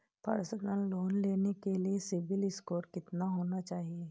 Personal loan लेने के लिए सिबिल स्कोर कितना होना चाहिए?